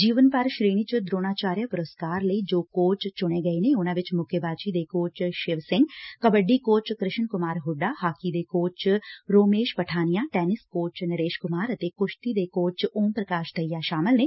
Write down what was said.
ਜੀਵਨ ਭਰ ਸ਼੍ਰੇਣੀ ਚ ਦਰੋਣਾਚਾਰਿਆ ਪੁਰਸਕਾਰ ਲਈ ਜੋ ਕੋਚ ਚੁਣੇ ਗਏ ਨੇ ਉਨਾਂ ਚ ਮੁੱਕੇਬਾਜ਼ coach Shiv Singh kabaddi coach Krishan Kumar Hooda hockey coach Romesh Pathania tennis coach Naresh Kumar ਅਤੇ ਕੁਸ਼ਤੀ ਕੋਚ ਓਮ ਪ੍ਰਕਾਸ਼ ਦਹੀਆਂ ਸ਼ਾਮਲ ਨੇ